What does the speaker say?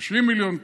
30 מיליון קוב.